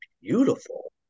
beautiful